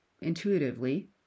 Intuitively